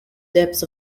depths